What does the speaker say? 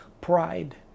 pride